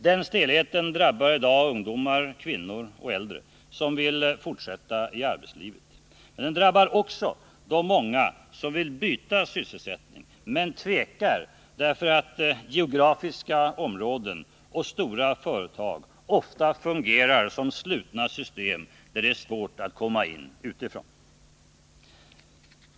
Den stelheten drabbar i dag ungdomar, kvinnor och äldre som vill fortsätta i arbetslivet. Den drabbar också de många som vill byta sysselsättning men tvekar därför att de vet att geografiska områden och stora företag ofta fungerar som slutna system där det är svårt att komma in utifrån.